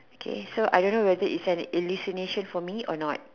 okay so I don't know whether it's an illumination for me or not